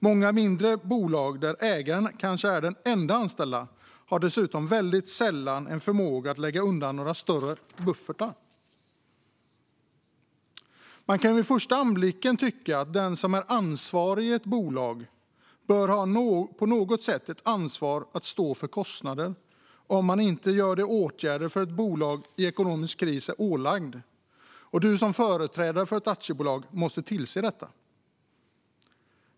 Många mindre bolag där ägaren kanske är den enda anställda har dessutom väldigt sällan en förmåga att lägga undan några större buffertar. Man kan vid första anblicken tycka att den som är ansvarig i ett bolag på något sätt bör ha ett ansvar att stå för kostnader om man inte vidtar de åtgärder som ett bolag i ekonomisk kris är ålagt. Den som är företrädare för ett aktiebolag måste tillse detta.